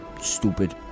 stupid